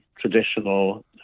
traditional